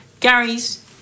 gary's